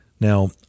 Now